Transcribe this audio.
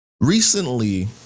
Recently